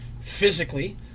physically